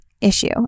issue